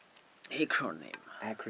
acronym